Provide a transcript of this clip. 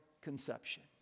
conception